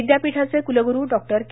विद्यापीठाचे कुलगुरू डॉक्टर के